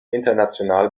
international